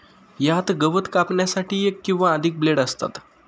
यात गवत कापण्यासाठी एक किंवा अधिक ब्लेड असतात